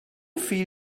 viel